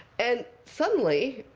and suddenly,